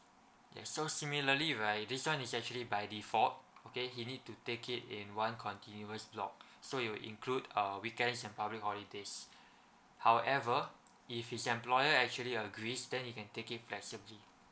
ya so similarly right this [one] is actually by default okay he need to take it in one continuous block so it will include uh weekends and public holidays however if his employer actually agrees then he can take it flexibly